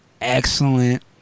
excellent